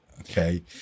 Okay